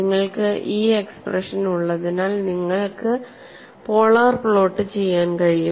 നിങ്ങൾക്ക് ഈ എക്സ്പ്രഷൻ ഉള്ളതിനാൽ നിങ്ങൾക്ക് പോളാർ പ്ലോട്ട് ചെയ്യാൻ കഴിയും